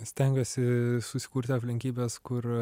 stengiuosi susikurti aplinkybes kur